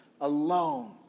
alone